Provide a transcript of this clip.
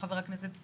חבר הכנסת פינדרוס,